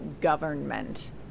government